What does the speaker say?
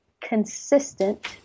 consistent